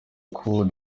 coup